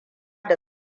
da